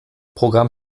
programm